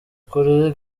kuri